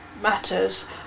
matters